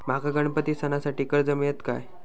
माका गणपती सणासाठी कर्ज मिळत काय?